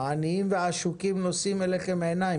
העניים והעשוקים נושאים אליכם עיניים.